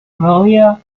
warrior